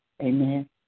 Amen